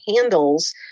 handles